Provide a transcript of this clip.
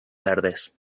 verdes